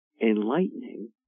enlightening